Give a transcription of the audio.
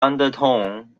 undertone